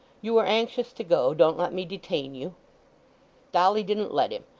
you are anxious to go. don't let me detain you dolly didn't let him,